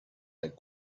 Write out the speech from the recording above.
that